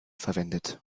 verwendet